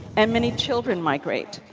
and many children my great.